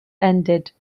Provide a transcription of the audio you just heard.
ended